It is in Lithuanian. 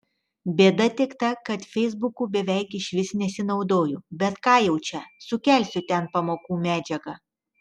bėda tik ta kad feisbuku beveik išvis nesinaudoju bet ką jau čia sukelsiu ten pamokų medžiagą